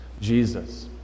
Jesus